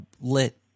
lit